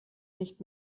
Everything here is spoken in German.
nicht